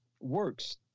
works